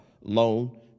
loan